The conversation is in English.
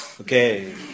Okay